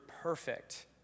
perfect